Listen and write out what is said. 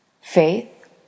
Faith